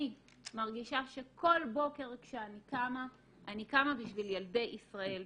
אני מרגישה שכל בוקר כשאני קמה אני קמה בשביל ילדי ישראל,